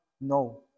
No